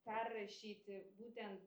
perrašyti būtent